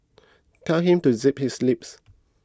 tell him to zip his lips